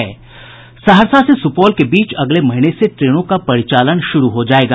सहरसा से सुपौल के बीच अगले महीने से ट्रेनों का परिचालन शुरू हो जायेगा